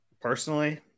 personally